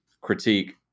critique